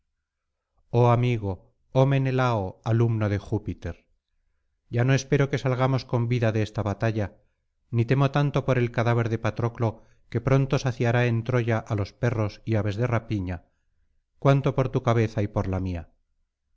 oh amigo oh menelao alumno de júpiter ya no espero que salgamos con vida de esta batalla ni temo tanto por el cadáver de patroclo que pronto saciará en troya á los perros y aves de rapiña cuanto por tu cabeza y por la mía